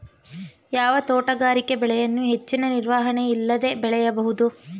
ಯಾವ ತೋಟಗಾರಿಕೆ ಬೆಳೆಯನ್ನು ಹೆಚ್ಚಿನ ನಿರ್ವಹಣೆ ಇಲ್ಲದೆ ಬೆಳೆಯಬಹುದು?